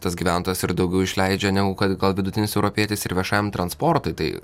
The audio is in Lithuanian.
tas gyventojas ir daugiau išleidžia negu kad gal vidutinis europietis ir viešajam transportui tai